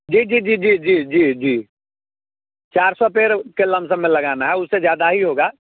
जी जी जी जी जी जी जी चार सौ पेड़ के लमसम में लगाना है उससे ज़्यादा ही होगा